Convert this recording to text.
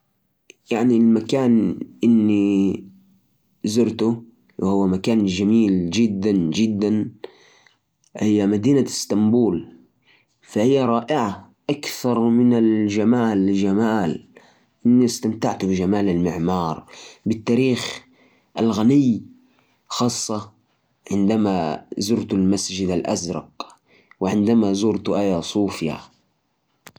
المكان اللي زرته و فاق توقعاتي هو مدينة جدة. إستمتعت بها لأنها تجمع بين التراث والحداثة. وفيها أماكن جميلة مثل الكورنيش والأسواق. كمان حبيت الطعام البحري اللذيذ والمناسبات الثقافية هناك. جدة تعطيك شعور بالحيوية والتنوع. وهذا يخلي الزيارة ممتعة مميزة.